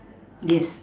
yes